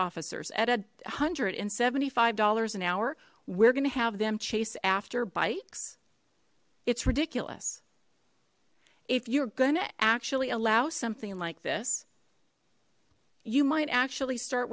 officers at a hundred and seventy five dollars an hour we're gonna have them chase after bikes it's ridiculous if you're gonna actually allow something like this you might actually start